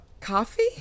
coffee